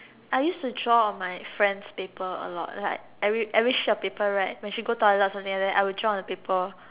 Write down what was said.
I used to draw on my friend's paper a lot like every every sheet of paper right when she go toilet or something like that I will draw on her paper